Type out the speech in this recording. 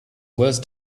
worse